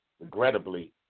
Regrettably